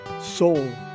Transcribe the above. soul